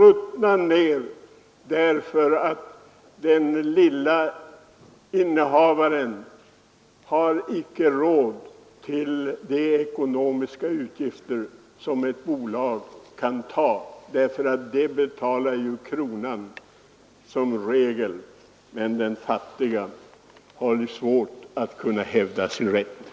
Detta sker därför att den lilla innehavaren icke har råd till de ekonomiska utgifter som ett bolag kan ta, för då betalar ju kronan som regel. Men den fattige har svårt att kunna hävda sin rätt.